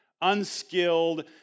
unskilled